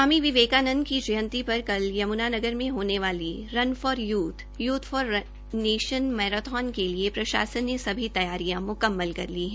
स्वामी विवेकानंद की जयंती पर कल यमुनानगर में होने वाली run for youth for nation marathon के लिए प्रशासन ने सभी तैयारियां पूरी कर ली हैं